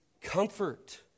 comfort